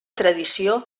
tradició